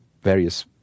various